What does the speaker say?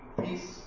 peace